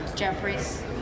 Jeffries